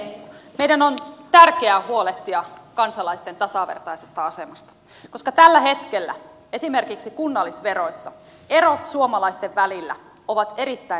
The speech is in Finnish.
meidän on tärkeää huolehtia kansalaisten tasavertaisesta asemasta koska tällä hetkellä esimerkiksi kunnallisveroissa erot suomalaisten välillä ovat erittäin suuret